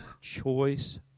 choice